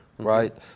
Right